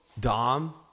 Dom